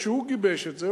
שהוא גיבש את זה,